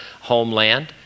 homeland